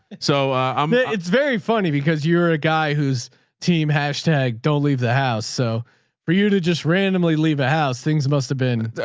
i mean it's very funny because you're a guy who's team hashtag don't leave the house. so for you to just randomly leave a house, things must have been,